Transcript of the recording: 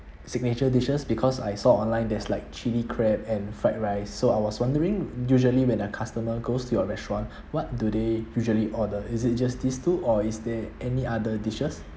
signature dishes because I saw online there's like chili crab and fried rice so I was wondering usually when a customer goes to your restaurant what do they usually order is it just this two or is there any other dishes